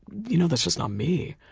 you know, that's just not me.